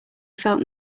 felt